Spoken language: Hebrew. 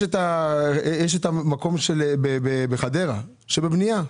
התחנות בחדרה בבנייה,